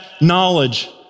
knowledge